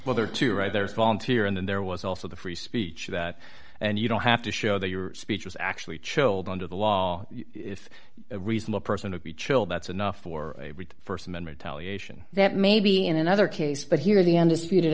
whether to write there is volunteer and then there was also the free speech of that and you don't have to show that your speech was actually chilled under the law if a reasonable person to be chilled that's enough for a st amendment tell you that maybe in another case but here is the undisputed